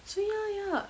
so ya ya